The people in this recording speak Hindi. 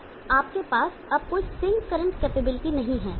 तो आपके पास अब कोई सिंक करंट कैपेबिलिटी नहीं है